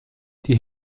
die